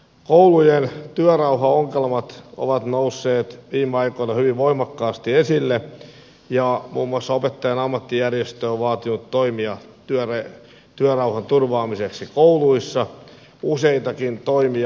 koulujen työrauhaongelmat ovat nousseet viime aikoina hyvin voimakkaasti esille ja muun muassa opettajan ammattijärjestö on vaatinut toimia työrauhan turvaamiseksi kouluissa useitakin toimia